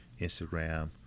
instagram